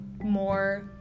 more